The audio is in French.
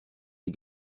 les